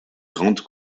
grande